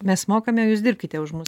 mes mokame o jūs dirbkite už mus